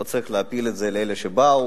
לא צריך להפיל את זה על אלה שבאו,